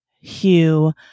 hugh